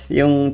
yung